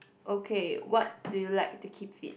okay what do you like to keep fit